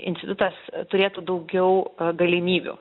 institutas turėtų daugiau galimybių